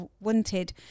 wanted